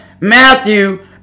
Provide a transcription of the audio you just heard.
Matthew